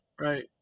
Right